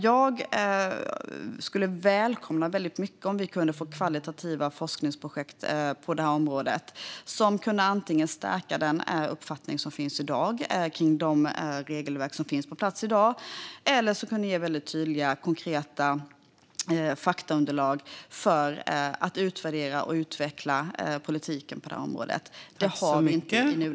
Jag skulle verkligen välkomna högkvalitativa forskningsprojekt på detta område som kan antingen stärka uppfattningen om de regelverk som finns på plats i dag eller ge tydliga och konkreta faktaunderlag för att utvärdera och utveckla politiken på detta område. Det har vi inte i nuläget.